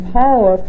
power